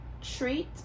Treat